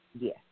Yes